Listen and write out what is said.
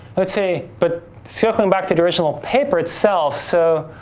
let's see, but circling back to the original paper itself. so,